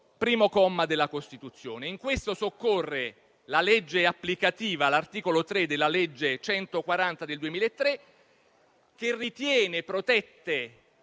primo comma, della Costituzione. In questo soccorre la legge applicativa (l'articolo 3 della legge n. 140 del 2003), che ritiene protette